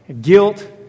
guilt